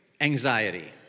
anxiety